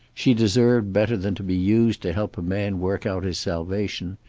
she deserved better than to be used to help a man work out his salvation.